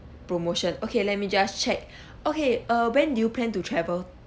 promotion okay let me just check okay err when do you plan to travel